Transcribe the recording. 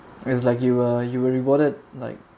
its like you were you were rewarded like